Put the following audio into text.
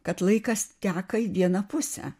kad laikas teka į vieną pusę